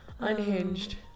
unhinged